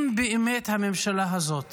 אם באמת הממשלה הזאת